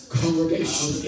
congregation